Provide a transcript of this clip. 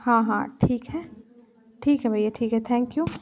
हाँ हाँ ठीक है ठीक है भैया ठीक है थैंक यू